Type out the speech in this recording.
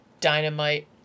Dynamite